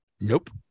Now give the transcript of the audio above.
Nope